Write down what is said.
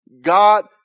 God